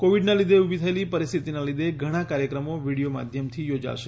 કોવિડનાં લીધે ઉભી થયેલી પરિસ્થિતીનાં લીધે ધણા કાર્યક્રમો વિડિયો માધ્યમથી યોજાશે